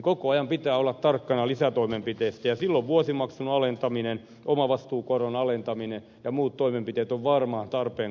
koko ajan pitää olla tarkkana lisätoimenpiteistä ja silloin vuosimaksun alentaminen omavastuukoron alentaminen ja muut toimenpiteet ovat varmaan tarpeen